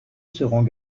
seront